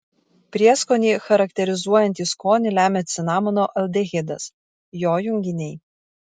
prieskonį charakterizuojantį skonį lemia cinamono aldehidas jo junginiai